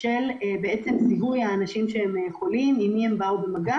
של זיהוי האנשים החולים ומי שהם באו איתם במגע